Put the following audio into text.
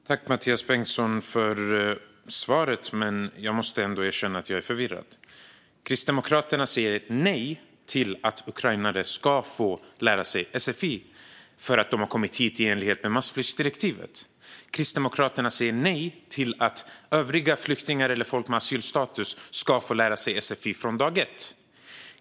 Fru talman! Jag tackar Mathias Bengtsson för svaret, men jag måste ändå erkänna att jag är förvirrad. Kristdemokraterna säger nej till att ukrainare ska få läsa sfi eftersom de har kommit hit i enlighet med massflyktsdirektivet. Kristdemokraterna säger nej till att övriga flyktingar eller folk med asylstatus ska få läsa sfi från dag ett.